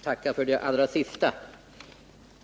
Herr talman! Jag tackar för det sista.